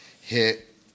hit